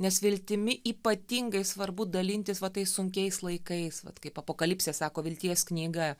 nes viltimi ypatingai svarbu dalintis va tais sunkiais laikais vat kaip apokalipsė sako vilties knyga